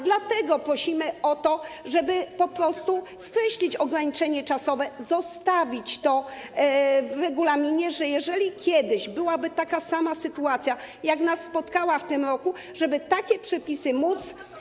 Dlatego prosimy o to, żeby po prostu skreślić ograniczenie czasowe, zostawić to w regulaminie po to, żeby, jeżeli kiedyś byłaby taka sama sytuacja, jak nas spotkała w tym roku, takie przepisy móc.